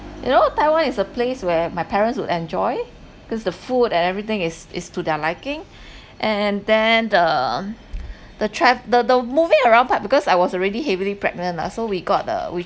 you know taiwan is a place where my parents would enjoy cause the food and everything is is to their liking and then uh the trav~ the the moving around part because I was already heavily pregnant ah so we got a we